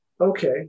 okay